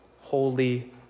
holy